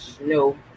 no